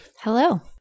Hello